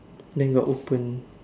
then got open